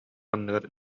анныгар